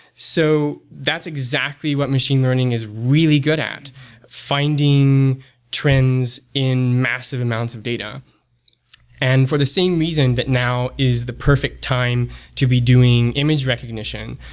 so that's exactly what machine learning is really good at finding trends in massive amounts of data and for the same reason that now is the perfect time to be doing image recognition.